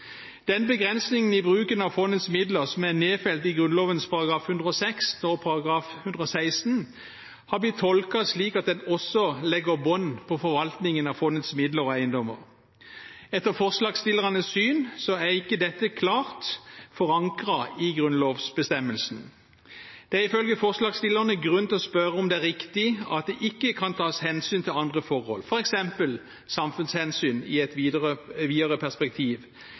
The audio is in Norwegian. Den begrensningen i bruken av fondets midler som er nedfelt i Grunnloven § 106, nå § 116, har blitt tolket slik at den også legger bånd på forvaltningen av fondets midler og eiendommer. Etter forslagsstillernes syn er ikke dette klart forankret i grunnlovsbestemmelsen. Det er ifølge forslagsstillerne grunn til å spørre om det er riktig at det ikke kan tas hensyn til andre forhold, f.eks. samfunnshensyn i et videre perspektiv